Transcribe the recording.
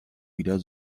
wieder